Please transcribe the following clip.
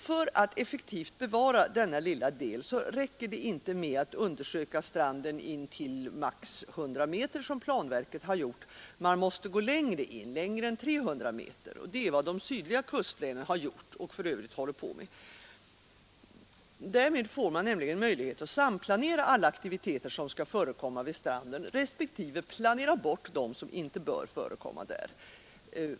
För att effektivt bevara denna lilla del räcker det inte med att undersöka stranden intill högst 100 meter, som planverket har gjort. Man måste gå längre in, längre än 300 meter, och det är vad de sydliga kustlänen har gjort och gör. Därmed får man möjlighet att samplanera alla aktiviteter som skall förekomma vid stranden respektive planera bort dem som inte bör förekomma där.